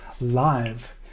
live